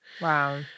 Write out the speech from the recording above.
Wow